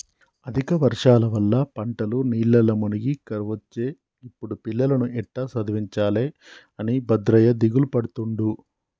అధిక వర్షాల వల్ల పంటలు నీళ్లల్ల మునిగి కరువొచ్చే గిప్పుడు పిల్లలను ఎట్టా చదివించాలె అని భద్రయ్య దిగులుపడుతుండు